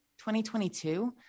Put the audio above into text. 2022